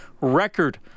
record